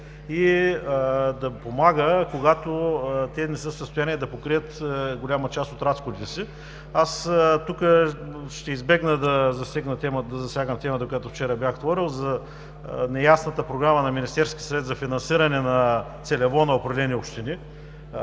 и да помага, когато те не са в състояние да покрият голяма част от разходите си. Аз тук ще избегна да засягам темата, по която вчера бях отворил, за неясната програма на Министерския съвет за финансиране целево на определени общини,